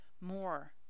more